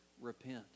repent